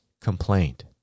complaint